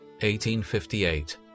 1858